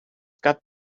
got